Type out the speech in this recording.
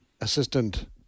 Assistant